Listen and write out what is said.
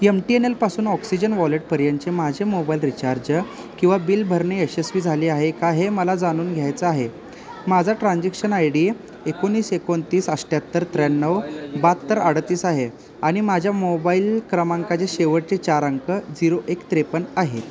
M T N एलपासून Oxigen वॉलेटपर्यंतचे माझे मोबाईल रिचार्ज किंवा बिल भरणे यशस्वी झाले आहे का हे मला जाणून घ्यायचं आहे माझं ट्रान्झेक्शन आय डी एकोणीस एकोणतीस अठ्याहत्तर त्र्याण्णव बाहत्तर अडतीस आहे आणि माझ्या मोबाईल क्रमांकाचे शेवटचे चार अंक झिरो एक त्रेपन्न आहे